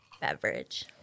beverage